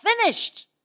finished